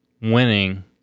winning